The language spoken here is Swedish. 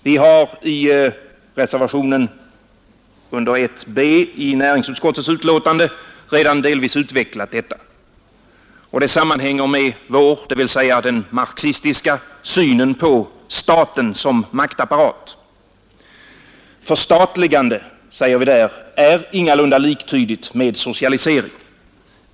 Vi har i reservationen 1 b vid näringsutskottets betänkande nr 51 redan delvis utvecklat denna tankegång, och den sammanhänger med vår syn, dvs. den marxistiska synen, på staten som maktapparat. Förstatligande, säger vi där, är ingalunda liktydigt med socialisering.